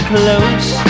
close